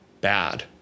bad